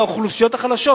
באוכלוסיות החלשות.